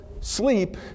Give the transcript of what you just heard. sleep